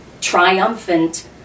triumphant